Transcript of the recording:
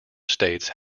states